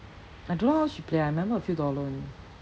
I don't know how she play ah I remember only a few dollar only